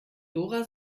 dora